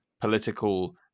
political